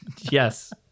yes